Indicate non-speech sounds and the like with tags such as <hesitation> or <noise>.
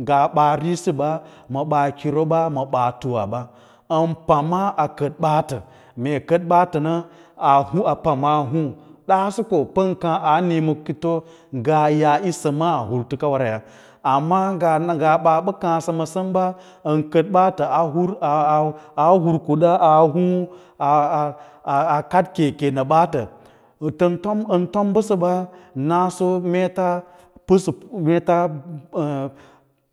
Ngaa ɓaa risiba ma baa kiro ba ma ɓaa tuwa ba an pama a kəd baata mee kad baatana a pamaa a hiru a pamaa a hǔû daaso ko pan kaa aa niima kito ngah yaayo samma wuru kawaraya amma nga baa ba kaâsa a samba, ankaf baatə a <hesitation> har kuba a hùù a kad keke ma ɓaatə